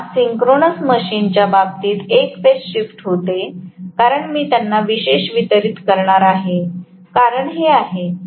जेव्हा सिंक्रोनस मशीनच्या बाबतीत एक फेज शिफ्ट होते कारण मी त्यांना विशेष वितरित करणार आहे कारण हे आहे